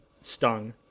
stung